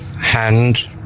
hand